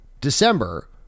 December